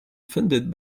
funded